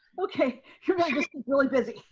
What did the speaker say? okay. you're really busy.